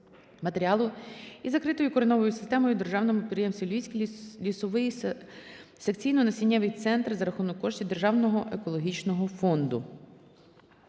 матеріалу із закритою кореневою системою в державному підприємстві "Львівський лісовий секційно-насіннєвий центр" за рахунок коштів державного екологічного фонду.